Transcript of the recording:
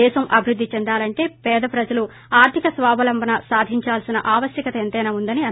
దేశం అభివృద్ది చెందాలంటే పేద ప్రజలు ఆర్థిక స్వావలంబన సాధించాల్పి ఆవశ్యకత ఎంతైనా వుందని అన్నారు